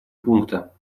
пункта